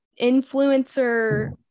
influencer